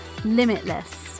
limitless